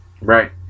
Right